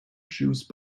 juice